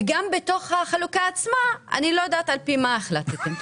וגם בתוך החלוקה עצמה אני לא יודעת לפי מה החלטתם.